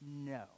No